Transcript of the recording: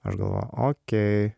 aš galvoju okei